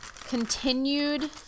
Continued